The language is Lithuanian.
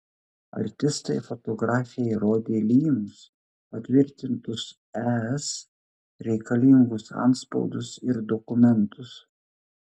artistai fotografei rodė lynus patvirtintus es reikalingus antspaudus ir dokumentus